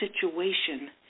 situation